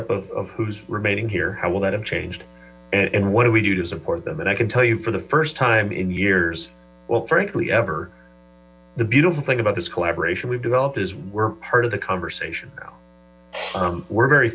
p of who's remaining here how will that have changed and what do we do to support them and i can tell you for the first time in years well frankly ever the beautiful thing about this collaboration we've developed is we're part of the conversation now we're very